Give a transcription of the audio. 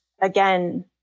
again